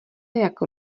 jak